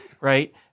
Right